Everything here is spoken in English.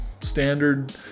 standard